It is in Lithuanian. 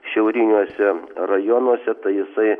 šiauriniuose rajonuose tai jisai